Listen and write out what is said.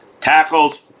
Tackles